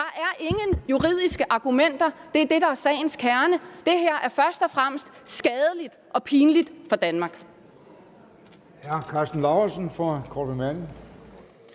Der er ingen juridiske argumenter! Det er det, der er sagens kerne. Det her er først og fremmest skadeligt og pinligt for Danmark.